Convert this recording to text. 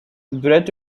brett